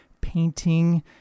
painting